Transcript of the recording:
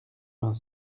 vingt